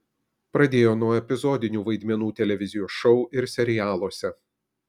pradėjo nuo epizodinių vaidmenų televizijos šou ir serialuose